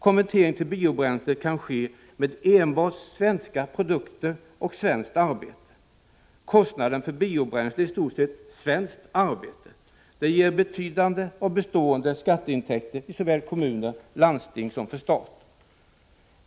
Konvertering till biobränsle kan ske med enbart svenska produkter och svenskt arbete. Kostnaden för biobränsle utgörs i huvudsak av svenskt arbete. Det ger betydande och bestående skatteintäkter för såväl kommuner och landsting som stat.